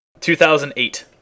2008